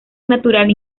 natural